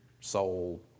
soul